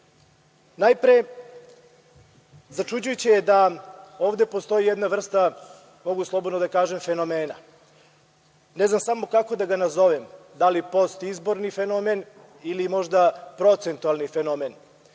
jasno. Najpre, začuđujuće je da ovde postoji jedna vrsta, mogu slobodno da kažem, fenomena. Ne znam samo kako da ga nazovem, da li postizborni fenomen ili možda procentualni fenomen